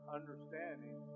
understanding